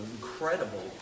incredible